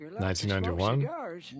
1991